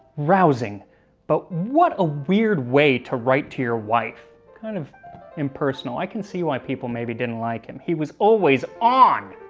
rousing but what a weird way to write to your wife. kind of impersonal, i can see why people maybe didn't like him, he was always on.